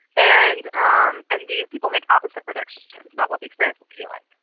and um and these people make opposite predictions about what the experience would be like.